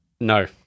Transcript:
No